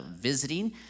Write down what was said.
visiting